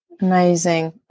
Amazing